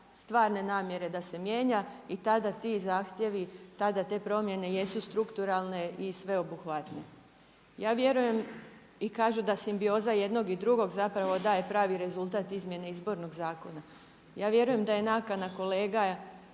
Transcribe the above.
stvarne namjere da se mijenja i tada ti zahtjevi, tada te promjene jesu strukturalne i sveobuhvatne. Ja vjerujem, i kažu da simbioza jednog i drugog zapravo daje pravi rezultat izmjene Izbornog zakona, ja vjerujem da je nakana kolega